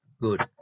Good